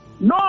No